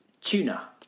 Tuna